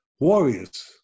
Warriors